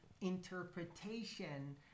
interpretation